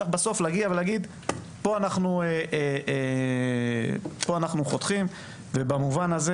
צריך להגיד שפה אנחנו חותכים ובמובן הזה